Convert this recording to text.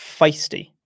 feisty